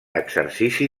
exercici